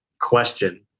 question